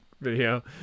video